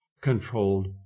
controlled